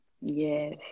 Yes